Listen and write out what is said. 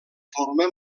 forma